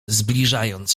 zbliżając